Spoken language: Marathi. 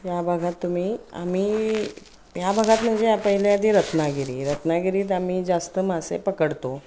या भागात तुम्ही आम्ही ह्या भागात म्हणजे पहिले आधी रत्नागिरी रत्नागिरीत आम्ही जास्त मासे पकडतो